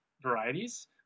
varieties